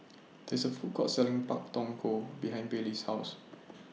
This IS A Food Court Selling Pak Thong Ko behind Bailee's House